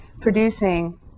producing